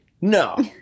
No